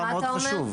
ערד, מה אתה אומר?